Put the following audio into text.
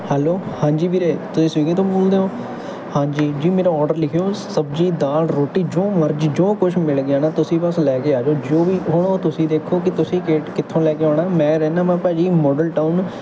hello ਹਾਂਜੀ ਵੀਰੇ ਤੁਸੀਂ ਸਵੀਗ਼ੀ ਤੋਂ ਬੋਲਦੇ ਹੋ ਹਾਂਜੀ ਜੀ ਮੇਰਾ ਆਰਡਰ ਲਿਖਿਓ ਸਬਜ਼ੀ ਦਾਲ ਰੋਟੀ ਜੋ ਮਰਜ਼ੀ ਜੋ ਕੁਛ ਮਿਲ ਗਿਆ ਨਾ ਤੁਸੀਂ ਬਸ ਲੈ ਕੇ ਆ ਜਾਓ ਜੋ ਵੀ ਹੁਣ ਉਹ ਤੁਸੀਂ ਦੇਖੋ ਕਿ ਤੁਸੀਂ ਕਿੱਥੋਂ ਲੈ ਕੇ ਆਉਣਾ ਮੈਂ ਰਹਿੰਦਾ ਹਾਂ ਭਾਅ ਜੀ ਮੋਡਲ ਟਾਊਨ